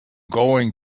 going